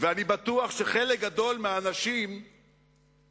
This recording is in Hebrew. ואני בטוח שחלק גדול מהאנשים שנותנים